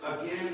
again